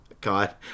God